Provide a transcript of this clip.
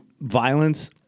violence